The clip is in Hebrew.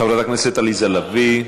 חברת הכנסת עליזה לביא,